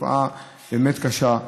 תופעה באמת קשה,